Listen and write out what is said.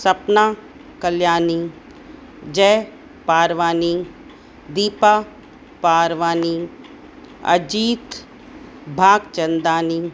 Sapna Kalyani Jai Parwani Deepa Parwani Ajit Bhagchandani